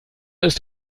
ist